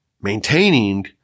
maintaining